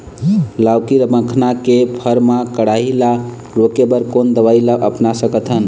लाउकी मखना के फर मा कढ़ाई ला रोके बर कोन दवई ला अपना सकथन?